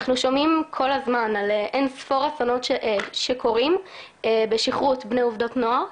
אנחנו שומעים כל הזמן על אין ספור אסונות שקורים בשכרות בני ובנות נוער,